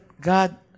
God